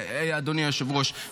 אדוני היושב-ראש --- חצוף.